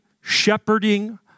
shepherding